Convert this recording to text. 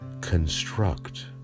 construct